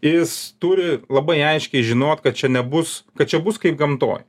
jis turi labai aiškiai žinot kad čia nebus kad čia bus kaip gamtoj